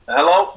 Hello